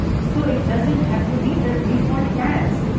so it doesn't have to be the default tabs.